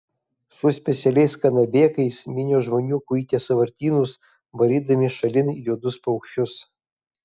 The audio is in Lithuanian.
su specialiais kanabėkais minios žmonių kuitė sąvartynus varydami šalin juodus paukščius